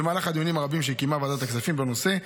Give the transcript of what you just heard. במהלך הדיונים הרבים שקיימה ועדת הכספים בנושא,